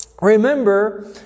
remember